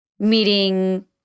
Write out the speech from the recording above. Meeting